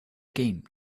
game